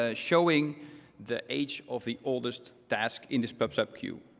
ah showing the age of the oldest task in this pub sub queue,